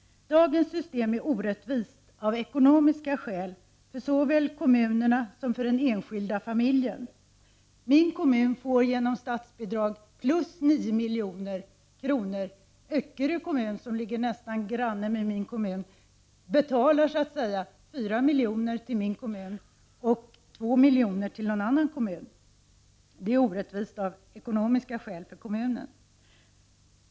Dagens system är orättvist av ekonomiska skäl såväl för kommunerna som för den enskila familjen. Min kommun får genom statsbidrag 9 milj.kr. Öckerö kommun, som nästan ligger granne med min kommun, betalar så att säga 4 miljoner till min kommun och 2 miljoner till någon annan kommun. Det är orättvist av ekonomiska skäl för kommunen.